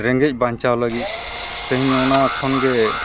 ᱨᱮᱸᱜᱮᱡ ᱵᱟᱧᱪᱟᱣ ᱞᱟᱹᱜᱤᱫ ᱛᱮᱦᱮᱧ ᱚᱱᱟ ᱠᱷᱚᱱ ᱜᱮ